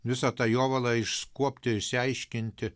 visą tą jovalą išskuobti ir išsiaiškinti